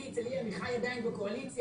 חברי הכנסת עמיחי שיקלי עדיין בקואליציה,